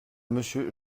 monsieur